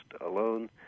alone